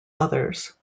others